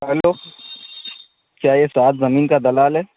hello کیا یہ اسٹاٹ برننگ کا دلال ہے